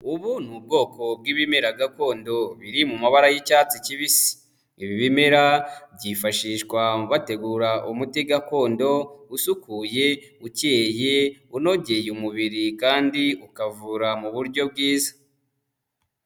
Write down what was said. Ubu ni ubwoko bw'ibimera gakondo biri mu mabara y'icyatsi kibisi, ibi bimera byifashishwa bategura umuti gakondo usukuye ukeye unogeye umubiri kandi ukavura mu buryo bwiza